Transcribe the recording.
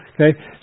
Okay